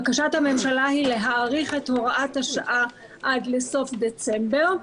בקשת הממשלה היא להאריך את הוראת השעה עד לסוף דצמבר.